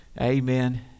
Amen